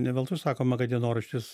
ne veltui sakoma kad dienoraštis